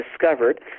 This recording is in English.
discovered